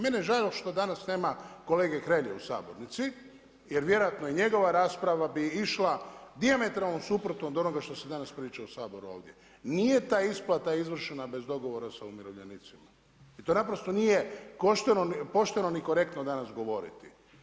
Meni je žao što danas nema kolege Hrelje u sabornici jer vjerojatno i njegova rasprava bi išla dijametralno suprotno od onoga što se danas priča ovdje u Saboru. nije ta isplata izvršena bez dogovora sa umirovljenicima, to naprosto nije pošteno ni korektno danas govoriti.